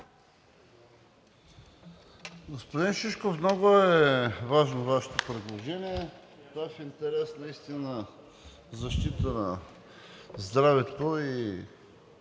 Господин Шишков, много е важно Вашето предложение, Вашият интерес наистина в защита на здравето и